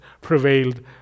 prevailed